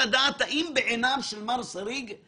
יכול להיות שעודד חושב שהייתי צריך לעשות